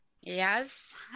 Yes